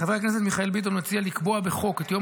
חבר הכנסת מיכאל ביטון מציע לקבוע בחוק את יום